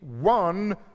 one